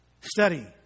study